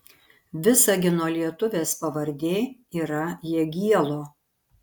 visagino lietuvės pavardė yra jagielo